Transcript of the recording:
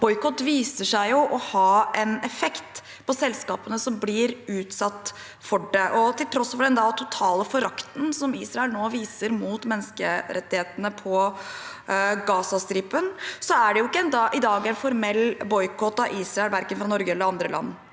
Boikott viser seg jo å ha en effekt på selskapene som blir utsatt for det. Til tross for den totale forakten Israel nå viser for menneskerettighetene på Gazastripen, er det ikke i dag en formell boikott av Israel fra verken Norge eller andre land.